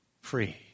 free